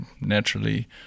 naturally